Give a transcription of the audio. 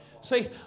see